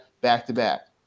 back-to-back